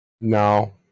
No